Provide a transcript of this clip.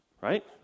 right